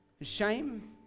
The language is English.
shame